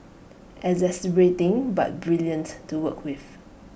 exasperating but brilliant to work with